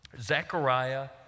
Zechariah